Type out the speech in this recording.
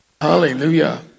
Hallelujah